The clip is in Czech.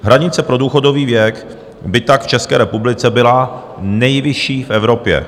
Hranice pro důchodový věk by tak v České republice byla nejvyšší v Evropě.